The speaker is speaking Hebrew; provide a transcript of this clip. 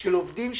של עובדים שיפוטרו,